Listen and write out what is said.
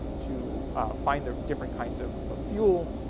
to find the different kinds of ah fuel,